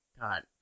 God